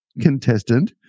contestant